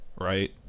right